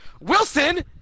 Wilson